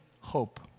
hope